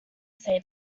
say